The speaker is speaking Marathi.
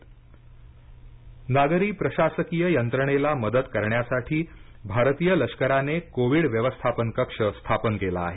लष्कर कोविड कक्ष नागरी प्रशासकीय यंत्रणेला मदत करण्यासाठी भारतीय लष्कराने कोविड व्यवस्थापन कक्ष स्थापन केला आहे